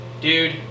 Dude